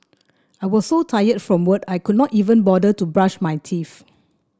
I was so tired from work I could not even bother to brush my teeth